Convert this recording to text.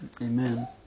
Amen